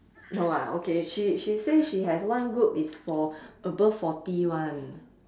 no ah okay she she say she has one group is for above forty [one]